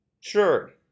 Sure